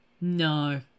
no